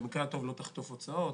במקרה הטוב לא תחטוף הוצאות,